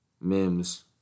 Mims